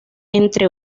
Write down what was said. entre